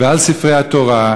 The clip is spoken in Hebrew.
ועל ספרי התורה,